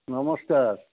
ନମସ୍କାର